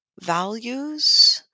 values